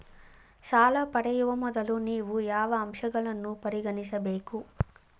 ಸಾಲ ಪಡೆಯುವ ಮೊದಲು ನೀವು ಯಾವ ಅಂಶಗಳನ್ನು ಪರಿಗಣಿಸಬೇಕು?